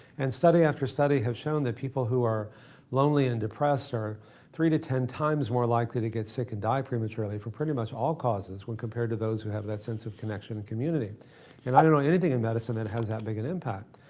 and study after study have shown that people who are lonely and depressed are three to ten times more likely to get sick and die prematurely from pretty much all causes when compared to those that have that sense of connection and community and i don't know anything in medicine that has that big an impact.